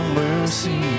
mercy